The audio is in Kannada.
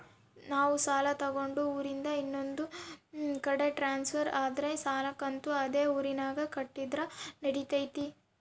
ನಾವು ಸಾಲ ತಗೊಂಡು ಊರಿಂದ ಇನ್ನೊಂದು ಕಡೆ ಟ್ರಾನ್ಸ್ಫರ್ ಆದರೆ ಸಾಲ ಕಂತು ಅದೇ ಊರಿನಾಗ ಕಟ್ಟಿದ್ರ ನಡಿತೈತಿ?